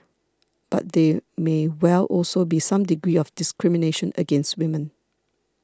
but there may well also be some degree of discrimination against women